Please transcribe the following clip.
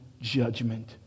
judgment